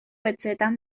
etxeetan